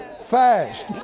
fast